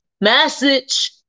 Message